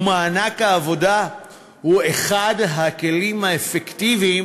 ומענק העבודה הוא אחד הכלים האפקטיביים